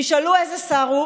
תשאלו: איזה שר הוא?